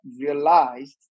realized